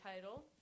title